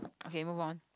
okay move on